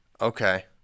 Okay